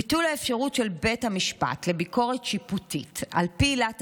ביטול האפשרות של בית המשפט לביקורת שיפוטית על פי עילת